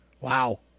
wow